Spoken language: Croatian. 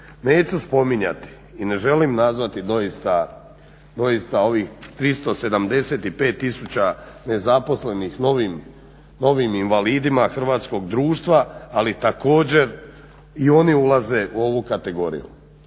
Neću spominjati i ne želim nazvati doista ovih 375 tisuća nezaposlenih novim invalidima hrvatskog društva ali također i oni ulaze u ovu kategoriju.